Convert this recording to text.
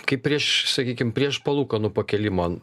kaip prieš sakykim prieš palūkanų pakėlimą